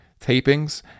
tapings